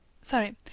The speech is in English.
sorry